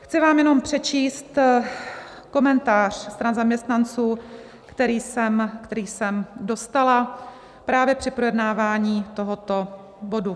Chci vám jenom přečíst komentář stran zaměstnanců, který jsem dostala právě při projednávání tohoto bodu.